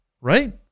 right